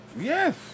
Yes